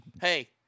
Hey